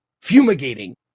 fumigating